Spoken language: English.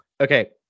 Okay